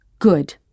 Good